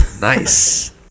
Nice